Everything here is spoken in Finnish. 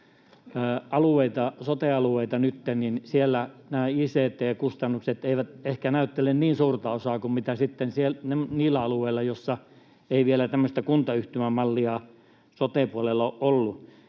sote-alueita, missä nämä ict-kustannukset eivät ehkä näyttele niin suurta osaa kuin sitten niillä alueilla, missä ei vielä tämmöistä kuntayhtymämallia sote-puolella ole ollut